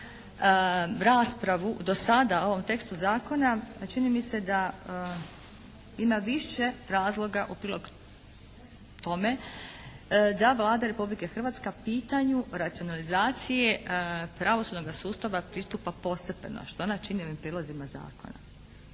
raspravu do sada o ovom tekstu zakona a čini mi se da ima više razloga u prilog tome da Vlada Republike Hrvatske pitanju racionalizacije pravosudnoga sustava pristupa postepeno što ona čini ovim prijedlozima zakona.